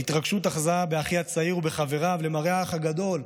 ההתרגשות אחזה באחי הצעיר ובחבריו למראה האח הגדול,